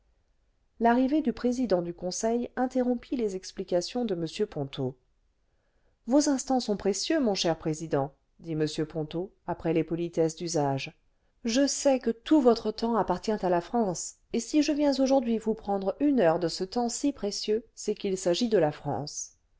l'arrivée du président du conseil interrompit les explications de m ponto vos instants sont précieux mon cher président dit m ponto après les politesses d'usage je sais que tout votre temps appartient à la france et si je viens aujourd'hui vous prendre une heure de ce temps si précieux c'est qu'il s'agit de la france